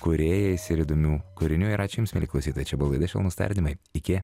kūrėjais ir įdomių kūrinių ir ačiū jums mieli klausytojai čia buvo laida švelnūs tardymai iki